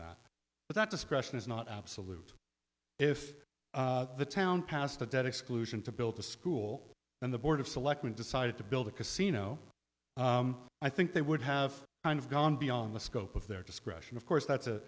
that but that discretion is not absolute if the town passed a debt exclusion to build a school then the board of selectmen decided to build a casino i think they would have gone beyond the scope of their discretion of course that's a